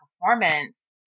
performance